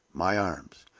my arms!